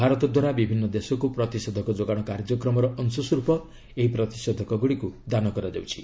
ଭାରତଦ୍ୱାରା ବିଭିନ୍ନ ଦେଶକୁ ପ୍ରତିଷେଧକ ଯୋଗାଣ କାର୍ଯ୍ୟକ୍ରମର ଅଶସ୍ୱରୂପ ଏହି ପ୍ରତିଷେଧକଗୁଡ଼ିକୁ ଦାନ କରାଯାଉଛି